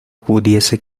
pudiese